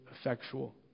effectual